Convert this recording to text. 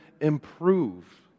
improve